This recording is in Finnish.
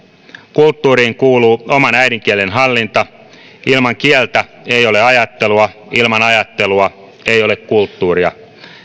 kulttuuriin kuuluu oman äidinkielen hallinta ilman kieltä ei ole ajattelua ilman ajattelua ei ole kulttuuria